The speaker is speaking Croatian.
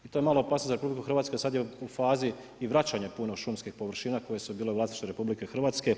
To je malo opasnije za RH, jer sad je u fazi u vračanja puno šumskih površina koje su bile u vlasništvu RH.